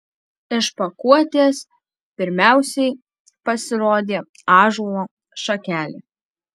iš pakuotės pirmiausiai pasirodė ąžuolo šakelė